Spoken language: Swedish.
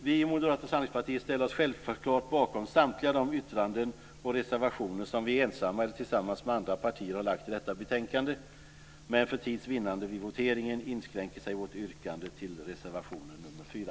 Vi i Moderata samlingspartiet ställer oss självklart bakom samtliga de yttranden och de reservationer som vi ensamma eller tillsammans med andra partier har lagt i detta betänkande, men för tids vinnande vid voteringen inskränker sig vårt yrkande till bifall till reservation nr 4.